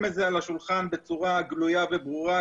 את זה על השולחן בצורה גלויה וברורה.